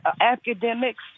academics